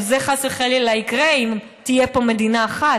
שזה חס וחלילה יקרה אם תהיה פה מדינה אחת,